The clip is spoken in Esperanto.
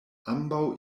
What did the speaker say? ambaŭ